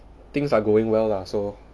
things are going well lah so